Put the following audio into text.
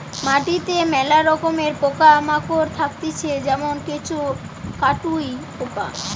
মাটিতে মেলা রকমের পোকা মাকড় থাকতিছে যেমন কেঁচো, কাটুই পোকা